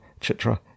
Chitra